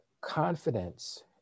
confidence